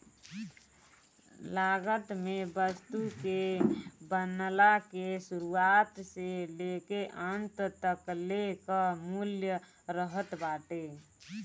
लागत में वस्तु के बनला के शुरुआत से लेके अंत तकले कअ मूल्य रहत बाटे